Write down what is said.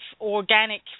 organic